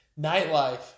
Nightlife